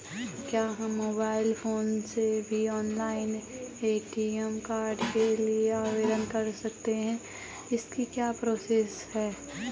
क्या हम mobile phone से भी ऑनलाइन ए.टी.एम कार्ड के लिए आवेदन कर सकते हैं इसकी क्या प्रोसेस है?